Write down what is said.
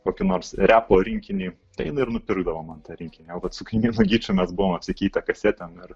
kokį nors repo rinkinį tai ji ir nupirkdavo man tą rinkinį o vat su kaimynu gyčiu buvom apsikeitę kasetėm ir